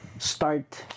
start